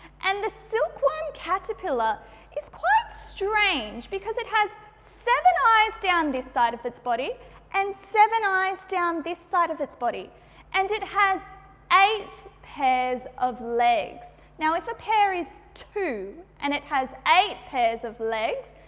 and the silkworm caterpillar is quite strange because it has seven eyes down this side of its body and seven eyes down this side of its body and it has eight pairs of legs. now, if a pair is two and it has eight pairs of legs,